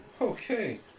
Okay